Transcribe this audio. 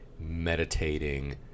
meditating